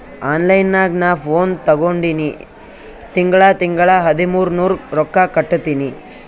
online ನಾಗ್ ನಾ phone ತಗೊಂಡಿನಿ ತಿಂಗಳಾ ತಿಂಗಳಾ ಹದಿಮೂರ್ ನೂರ್ ರೊಕ್ಕಾ ಕಟ್ಟತ್ತಿನಿ